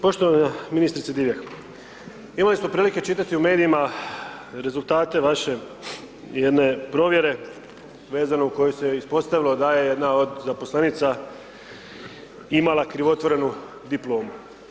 Poštivana ministrice Divjak, imali smo prilike čitati u medijima rezultate vaše jedne provjere vezano u kojoj se ispostavilo da je jedna od zaposlenica imala krivotvorenu diplomu.